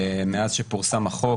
מאז שפורסם החוק